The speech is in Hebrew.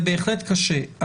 זה בהחלט קשה,